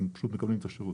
הם פשוט מקבלים את השירות.